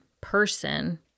person